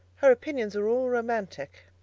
her opinions are all romantic.